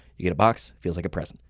you get a box, feels like a present.